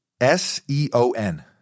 S-E-O-N